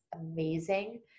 amazing